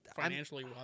financially